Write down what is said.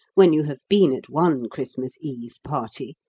when you have been at one christmas eve party,